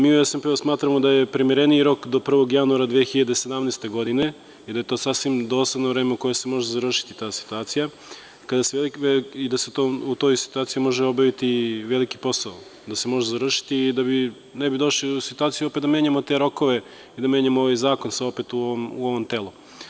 Mi u SNP smatramo da je primereniji rok do 1. januara 2017. godinei da je to sasvim dosledno vreme u kome se može završiti ta situacija i da se u toj situaciji može obaviti veliki posao, da se može završiti da ne bi došli u situaciju da menjamo te rokove i da menjamo ovaj zakon u ovom delu.